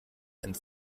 and